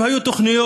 אם היו תוכניות